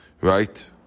right